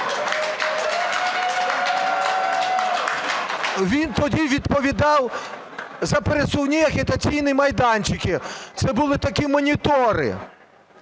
Він тоді відповідав за пересувні агітаційні майданчики, це були такі монітори,